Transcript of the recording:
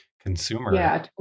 Consumer